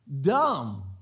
dumb